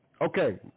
Okay